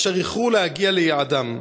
והם איחרו להגיע ליעדם.